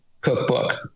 cookbook